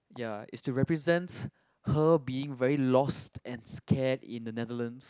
ya it's to represents her being very lost and scared in the Netherlands